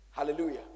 Hallelujah